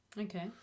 Okay